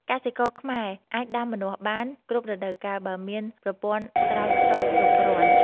កសិករខ្មែរអាចដាំម្នាស់បាន គ្រប់រដូវកាល បើមានប្រព័ន្ធស្រោចស្រពគ្រប់គ្រាន់។